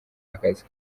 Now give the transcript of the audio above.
akazi